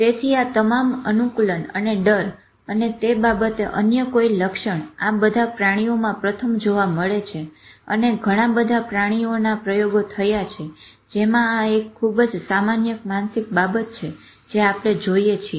તેથી આ તમામ અનુકૂલન અને ડર અને તે બાબતે અન્ય કોઈ લક્ષણ બધા પ્રાણીઓમાં પ્રથમ જોવા મળે છે અને ઘણા બધા પ્રાણીઓના પ્રયોગો થયા છે જેમાં આ એક ખુબ જ સામાન્ય માનસિક બાબત છે જે આપણે જોઈએ છીએ